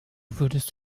würdest